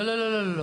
לא, לא.